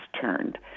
turned